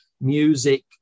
music